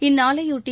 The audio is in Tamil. இந்நாளையொட்டி